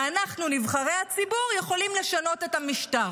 ואנחנו נבחרי הציבור יכולים לשנות את המשטר.